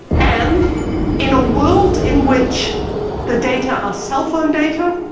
and in a world in which the data are cell phone data,